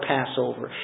Passover